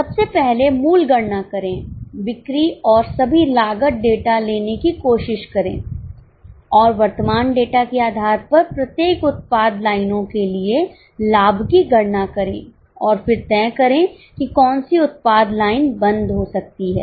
सबसे पहले मूल गणना करें बिक्री और सभी लागत डेटा लेने की कोशिश करें और वर्तमान डेटा के आधार पर प्रत्येक उत्पाद लाइनों के लिए लाभ की गणना करें और फिर तय करें कि कौन सी उत्पाद लाइन बंद हो सकती है